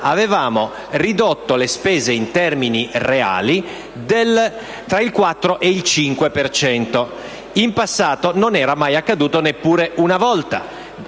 avevamo ridotto le spese in termini reali tra il 4 e il 5 per cento. In passato non era accaduto neppure una volta.